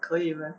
可以 meh